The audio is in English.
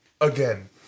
again